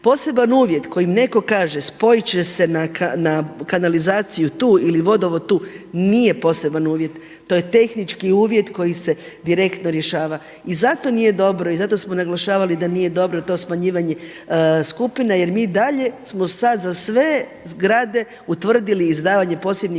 Poseban uvjet kojim neko kaže spojit će se na kanalizaciju tu ili vodovod tu, nije poseban uvjet, to je tehnički uvjet koji se direktno rješava. I zato nije dobro i zato smo naglašavali da nije dobro to smanjivanje skupine jer mi i dalje smo sada za sve zgrade utvrdili izdavanje posebnih